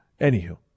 Anywho